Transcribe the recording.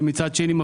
ומצד שני,